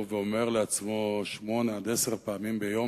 ואומר לעצמו שמונה עד עשר פעמים ביום,